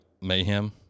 mayhem